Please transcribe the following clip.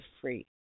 free